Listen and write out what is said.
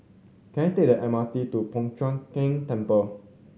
can I take the M R T to Po Chiak Keng Temple